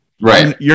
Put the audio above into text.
Right